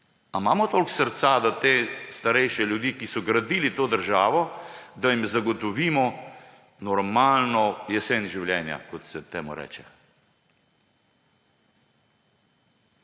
Ali imamo toliko srca, da tem starejšim ljudem, ki so gradili to državo, zagotovimo normalno jesen življenja, kot se temu reče?